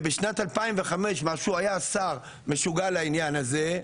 בשנת 2005 היה שר משוגע לעניין הזה,